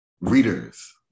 readers